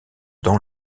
dans